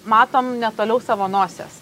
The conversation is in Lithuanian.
matom ne toliau savo nosies